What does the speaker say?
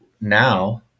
now